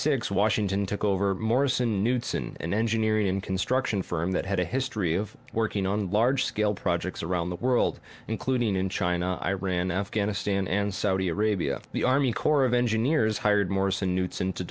six washington took over morrison knutson an engineering and construction firm that had a history of working on large scale projects around the world including in china iran afghanistan and saudi arabia the army corps of engineers hired morrison